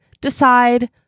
decide